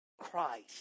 Christ